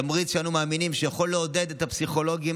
תמריץ שאנו מאמינים שיכול לעודד את הפסיכולוגים